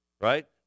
right